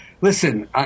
listen